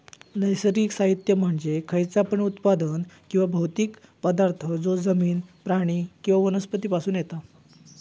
नैसर्गिक साहित्य म्हणजे खयचा पण उत्पादन किंवा भौतिक पदार्थ जो जमिन, प्राणी किंवा वनस्पती पासून येता